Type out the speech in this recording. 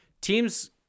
Teams